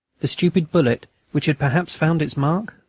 the stupid bullet which had perhaps found its mark?